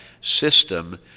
system